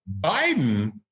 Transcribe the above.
Biden